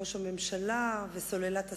ראש הממשלה וסוללת השרים.